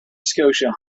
scotia